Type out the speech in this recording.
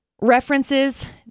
references